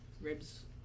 ribs